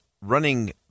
running